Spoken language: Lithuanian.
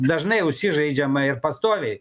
dažnai užsižaidžiama ir pastoviai